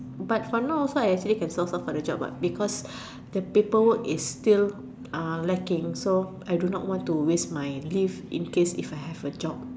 but for now also I can solve up for my job because the paperwork is still lacking so I do not want to waste my leave in case if I got a job